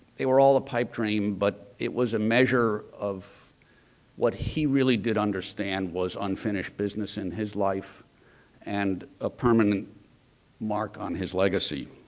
they were all a pipe dream but it was a measure of what he really did understand was unfinished business in his life and a permanent mark on his legacy.